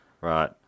Right